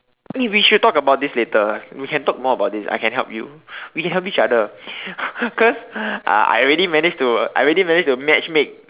eh we should talk about this later we can talk more about this I can help you we can help each other cause uh I already managed to I already managed to matchmake